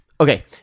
Okay